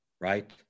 right